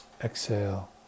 exhale